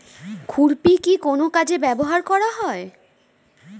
খুরপি কি কোন কাজে ব্যবহার করা হয়?